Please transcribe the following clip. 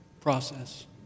process